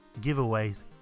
giveaways